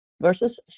versus